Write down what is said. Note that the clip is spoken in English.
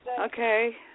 Okay